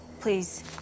Please